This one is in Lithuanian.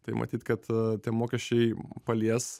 tai matyt kad tie mokesčiai palies